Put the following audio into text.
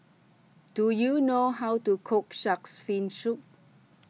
Do YOU know How to Cook Shark's Fin Soup